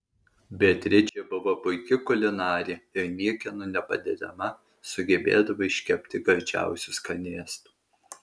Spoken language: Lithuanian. beatričė buvo puiki kulinarė ir niekieno nepadedama sugebėdavo iškepti gardžiausių skanėstų